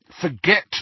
Forget